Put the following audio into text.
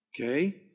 Okay